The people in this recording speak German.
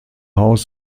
haus